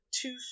two